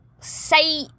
say